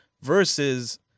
versus